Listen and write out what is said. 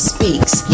Speaks